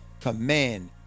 command